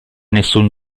nessun